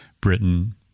Britain